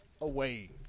away